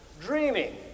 dreaming